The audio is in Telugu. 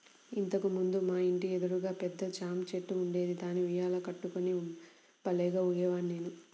ఇంతకు ముందు మా ఇంటి ఎదురుగా పెద్ద జాంచెట్టు ఉండేది, దానికి ఉయ్యాల కట్టుకుని భల్లేగా ఊగేవాడ్ని నేను